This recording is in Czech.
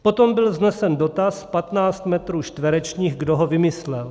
Potom byl vznesen dotaz patnáct metrů čtverečních, kdo ho vymyslel.